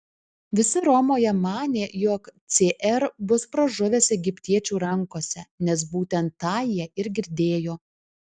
visi romoje manė jog cr bus pražuvęs egiptiečių rankose nes būtent tą jie ir girdėjo